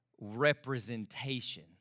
representation